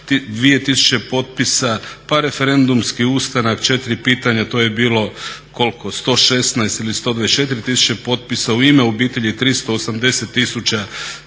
tisuće potpisa. Pa referendumski ustanak 4 pitanja, to je bilo, koliko, 116 ili 124 tisuće potpisa. U ime obitelji 380 tisuća